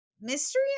mystery